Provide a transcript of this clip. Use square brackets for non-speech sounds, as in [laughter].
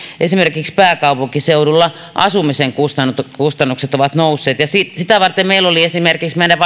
esimerkiksi pääkaupunkiseudulla asumisen kustannukset ovat nousseet ja sitä varten meillä oli esimerkiksi meidän [unintelligible]